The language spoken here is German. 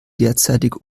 derzeitige